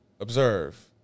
observe